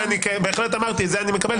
בהחלט אמרתי שאת זה אני מקבל.